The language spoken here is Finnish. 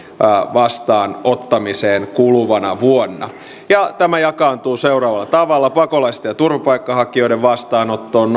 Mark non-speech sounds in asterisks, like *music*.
vastaanottamiseen kuluvana vuonna tämä jakaantuu seuraavalla tavalla pakolaisten ja turvapaikkahakijoiden vastaanottoon *unintelligible*